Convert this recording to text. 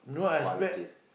quality